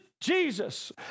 Jesus